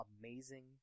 Amazing